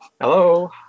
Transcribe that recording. Hello